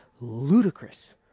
ludicrous